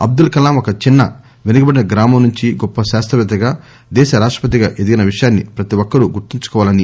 అబ్దుల్ కలామ్ ఒక చిన్న వెనుకబడిన గ్రామం నుంచి గొప్ప శాస్తవేత్తగా దేశ రాష్టపతి గా ఎదిగిన విషయాన్ని ప్రతి ఒక్కరు గుర్తుంచుకోవాలన్నారు